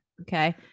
okay